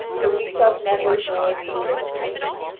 for we shall never more leave this place.